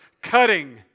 cutting